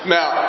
Now